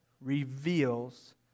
reveals